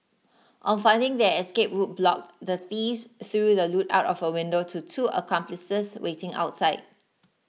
on finding their escape route blocked the thieves threw the loot out of a window to two accomplices waiting outside